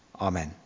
Amen